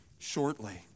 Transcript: Shortly